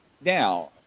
Now